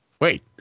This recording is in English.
Wait